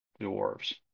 dwarves